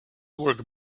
work